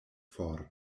for